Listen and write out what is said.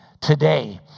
today